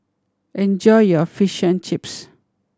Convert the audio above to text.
enjoy your Fish and Chips